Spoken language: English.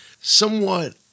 somewhat